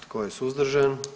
Tko je suzdržan?